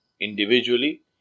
individually